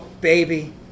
baby